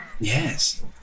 Yes